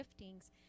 giftings